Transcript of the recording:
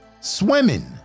Swimming